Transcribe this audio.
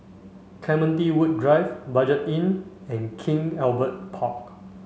Clementi Woods Drive Budget Inn and King Albert Park